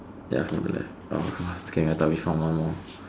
ya from the left orh scared ah I thought we found one more